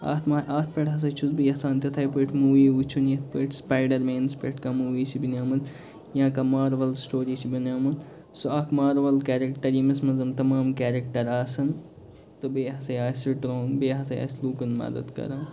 اَتھ مَہ اَتھ پٮ۪ٹھ ہسا چھُس بہٕ یژھان تِتھٔے پٲٹھۍ موٗوِی وُچھُن یِتھ پٲٹھۍ سِپایڈَر مینَس پٮ۪ٹھ کانٛہہ موٗوِی چھِ بنیامٕژ یا کانٛہہ ماروَل سِٹوٗری چھِ بنایمُت سُہ اکھ ماروَل کَیٚریٚکٹَر یٔمِس منٛز یِم تمام کیٚریٚکٹر آسَن تہٕ بیٚیہِ ہسا آسہِ سُہ تہٕ بیٚیہِ ہسا آسہِ لوٗکَن مدد کران